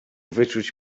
wyczuć